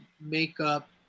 makeup